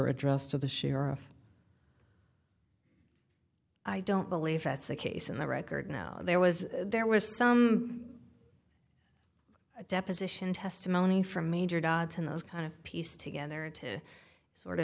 addressed to the sheriff i don't believe that's the case and the record now there was there was some deposition testimony from major dodson those kind of pieced together to sort of